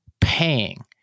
paying